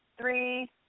Three